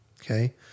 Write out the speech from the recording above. Okay